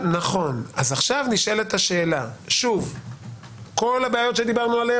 שוב, לא ביטלנו את כל הבעיות עליהן דיברנו.